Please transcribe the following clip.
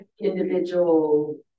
individual